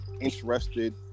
interested